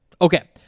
Okay